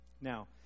Now